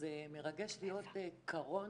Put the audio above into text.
זה מרגש להיות קרון